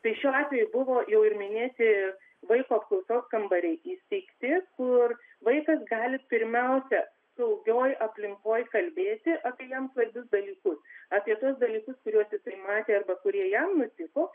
tai šiuo atveju buvo jau ir minėti vaiko apklausos kambariai įsteigti kur vaikas gali pirmiausia saugioj aplinkoj kalbėti apie jam svarbius dalykus apie tuos dalykus kuriuos jisai matė arba kurie jam nutiko